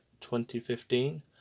2015